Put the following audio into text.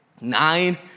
nine